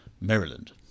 Maryland